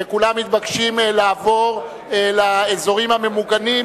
וכולם מתבקשים לעבור לאזורים הממוגנים,